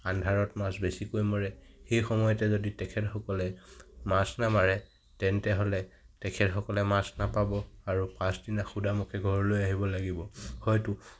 আন্ধাৰত মাছ বেছিকৈ মৰে সেই সময়তে যদি তেখেতসকলে মাছ নামাৰে তেন্তে হ'লে তেখেতসকলে মাছ নাপাব আৰু পাছদিনা শুদা মুখেৰে ঘৰলৈ আহিব লাগিব হয়তো